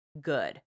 good